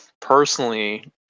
personally